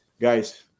Guys